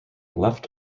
left